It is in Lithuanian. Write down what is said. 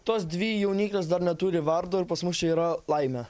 tos dvi jauniklės dar neturi vardo ir pas mus čia yra laimė